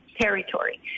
territory